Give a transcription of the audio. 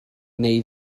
neu